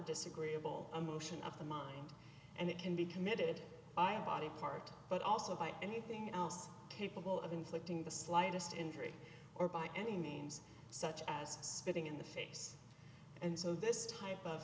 disagreeable emotion of the mind and it can be committed by a body part but also by anything else capable of inflicting the slightest injury or by any names such as spitting in the face and so this type of